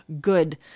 good